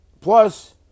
Plus